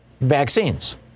vaccines